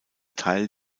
teil